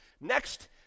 Next